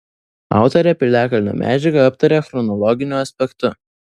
autorė piliakalnio medžiagą aptaria chronologiniu aspektu